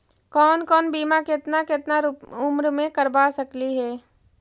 कौन कौन बिमा केतना केतना उम्र मे करबा सकली हे?